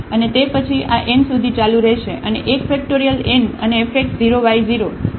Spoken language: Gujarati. અને તે પછી આ n સુધી ચાલુ રહેશે અને એક ફક્ટોરિયલ n અને fx 0 y 0